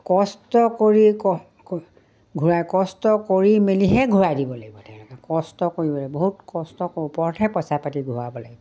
কষ্ট কৰি ঘূৰাই কষ্ট কৰি মেলিহে ঘূৰাই দিব লাগিব তেওঁলোকে কষ্ট কৰিব লাগিব বহুত কষ্টৰ ওপৰতহে পইচা পাতি ঘূৰাব লাগিব